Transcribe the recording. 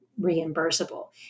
reimbursable